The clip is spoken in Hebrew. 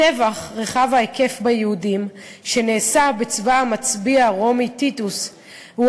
הטבח רחב ההיקף ביהודים שנעשה בצבא המצביא הרומי טיטוס הוא